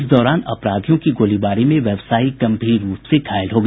इस दौरान अपराधियों की गोलीबारी में व्यवसायी गंभीर रूप से घायल हो गया